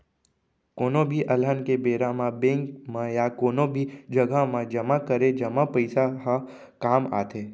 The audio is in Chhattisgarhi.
कोनो भी अलहन के बेरा म बेंक म या कोनो भी जघा म जमा करे जमा पइसा ह काम आथे